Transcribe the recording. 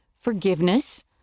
forgiveness